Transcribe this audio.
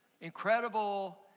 incredible